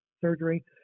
surgery